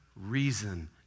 reason